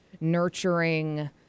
nurturing